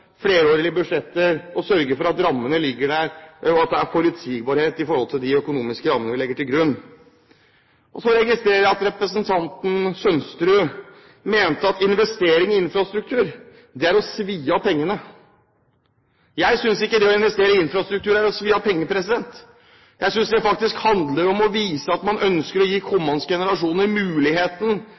flerårige budsjetter og sørget for at rammene ligger der, og at det er forutsigbarhet i de økonomiske rammene vi legger til grunn. Så registrerer jeg at representanten Sønsterud mente at investering i infrastruktur er å svi av pengene. Jeg synes ikke at det å investere i infrastruktur er å svi av pengene. Jeg synes det faktisk handler om å vise at man ønsker å gi kommende generasjoner muligheten